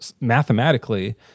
mathematically